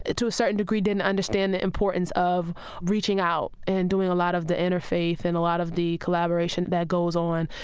ah to a certain degree, didn't understand the importance of reaching out and doing a lot of the interfaith and a lot of the collaboration that goes on.